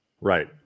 right